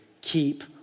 keep